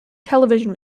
television